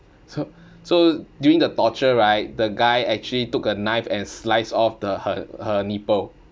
so so during the torture right the guy actually took a knife and slice off the her her nipple